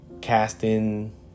casting